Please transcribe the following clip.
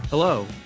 Hello